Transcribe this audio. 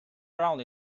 around